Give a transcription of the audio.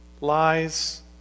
lies